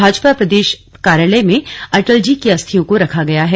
भाजपा प्रदेश कार्यालय में अटल जी की अस्थियों को रखा गया है